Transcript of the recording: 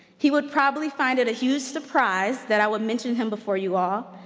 he would probably find it a huge surprise that i would mention him before you all,